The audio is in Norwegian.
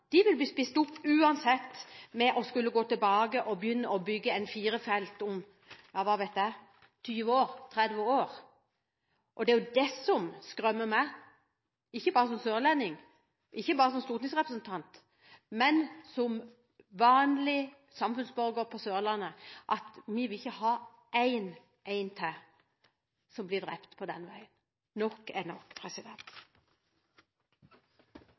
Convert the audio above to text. de 12 mrd. kr vil bli spist opp uansett når man skal gå tilbake og bygge om til firefeltsvei om – hva vet jeg – 20–30 år? Det er det som skremmer meg, ikke bare som sørlending, ikke bare som stortingsrepresentant, men som vanlig samfunnsborger på Sørlandet. Vi vil ikke ha en til som blir drept på den veien – nok er nok.